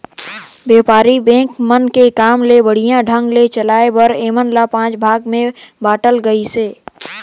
बेपारी बेंक मन के काम ल बड़िहा ढंग ले चलाये बर ऐमन ल पांच भाग मे बांटल गइसे